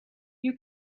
you